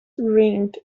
rink